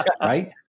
Right